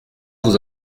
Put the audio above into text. vous